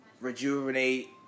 rejuvenate